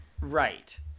right